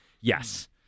Yes